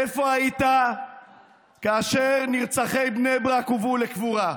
איפה היית כאשר נרצחי בני ברק הובאו לקבורה?